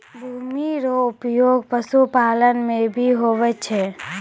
भूमि रो उपयोग पशुपालन मे भी हुवै छै